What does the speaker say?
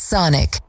Sonic